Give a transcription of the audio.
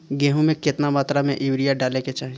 गेहूँ में केतना मात्रा में यूरिया डाले के चाही?